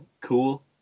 cool